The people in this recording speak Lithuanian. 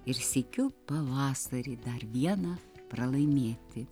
ir sykiu pavasarį dar vieną pralaimėti